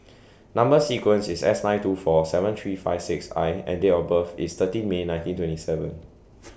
Number sequence IS S nine two four seven three five six I and Date of birth IS thirteen May nineteen twenty seven